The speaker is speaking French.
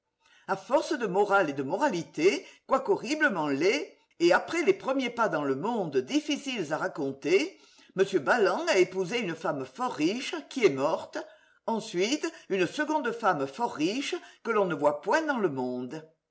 a force de morale et de moralité quoique horriblement laid et après des premiers pas dans le monde difficiles à raconter m balland a épousé une femme fort riche qui est morte ensuite une seconde femme fort riche que l'on ne volt point dans le monde